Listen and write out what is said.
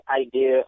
idea